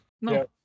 No